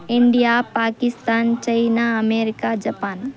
India Pakistan China America Japan